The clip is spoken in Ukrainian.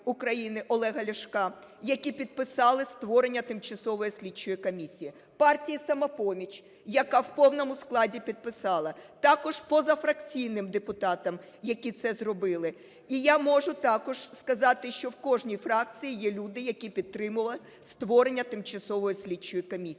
Олега Ляшка, які підписали створення тимчасової слідчої комісії; партії "Самопоміч", яка в повному складі підписала; також позафракційним депутатам, які це зробили. І я можу також сказати, що в кожній фракції є люди, які підтримали створення тимчасової слідчої комісії,